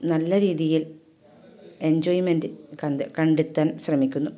നല്ല രീതിയിൽ എൻജോയ്മെൻറ് കണ്ട കണ്ടെത്താൻ ശ്രമിക്കുന്നു